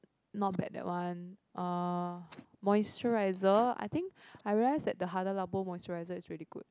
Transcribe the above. not bad that one uh moisturizer I think I realize that the Hada Labo moisturizer is very good